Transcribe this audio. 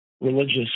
religious